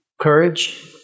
courage